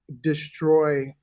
destroy